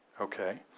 Okay